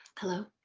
hello.